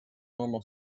normal